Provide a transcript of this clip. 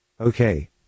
Okay